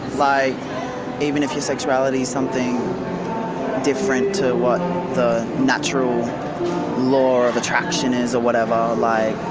like even if your sexuality is something different to what the natural law of attraction is or whatever, like,